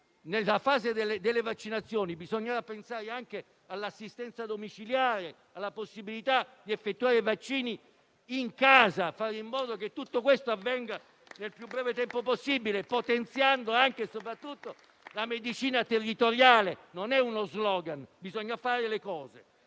Nella fase delle vaccinazioni bisognava pensare anche all'assistenza domiciliare e alla possibilità di effettuare i vaccini in casa, facendo in modo che tutto questo avvenga nel più breve tempo possibile, potenziando anche e soprattutto la medicina territoriale. Non è uno *slogan*: bisogna fare le cose.